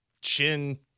chin